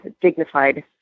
dignified